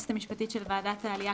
היועצת המשפטית של ועדת העלייה,